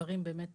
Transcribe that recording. דברים באמת